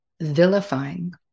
vilifying